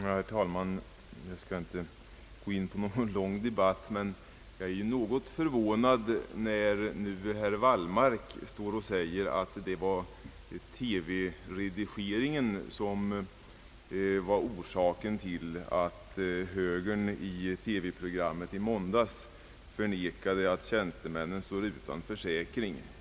Herr talman! Jag skall inte förorsaka någon lång debatt, men jag är förvånad när herr Wallmark nu står och säger att TV-redigeringen var orsaken till att högern i måndagens TV-program förklarade att tjänstemännen står utan försäkring.